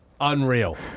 Unreal